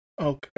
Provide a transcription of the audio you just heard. Okay